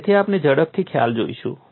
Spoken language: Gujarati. તેથી આપણે ઝડપથી ખ્યાલ જોઈશું